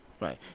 Right